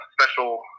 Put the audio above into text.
special